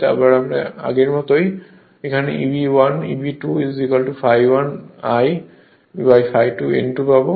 এরবা আগের মতই আমরা Eb1 Eb2 ∅1 1 ∅2 n2 পাবো